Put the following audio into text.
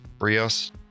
Brios